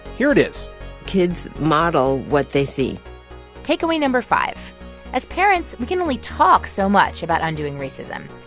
here it is kids model what they see takeaway number five as parents, we can only talk so much about undoing racism.